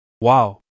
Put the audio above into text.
Wow